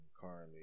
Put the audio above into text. currently